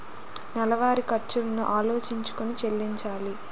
నెలవారి ఖర్చులను ఆలోచించుకొని చెల్లించాలి